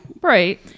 right